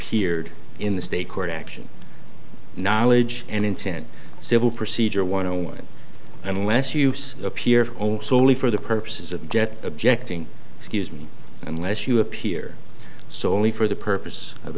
appeared in the state court action knowledge and intent civil procedure one on one unless you use appear only solely for the purposes of jet objecting excuse me unless you appear so only for the purpose of